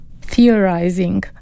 theorizing